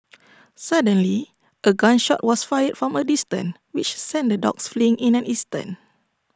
suddenly A gun shot was fired from A distance which sent the dogs fleeing in an instant